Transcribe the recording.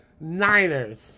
Niners